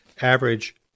average